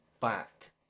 back